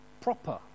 proper